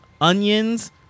onions